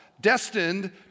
destined